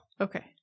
Okay